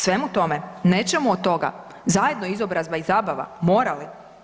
Svemu tome, nećemo od toga, zajedno izobrazba i zabava, mora li.